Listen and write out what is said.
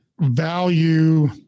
value